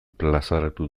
plazaratu